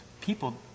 people